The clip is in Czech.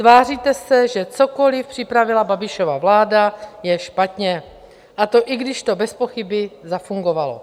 Tváříte se, že cokoliv připravila Babišova vláda, je špatně, a to i když to bezpochyby zafungovalo.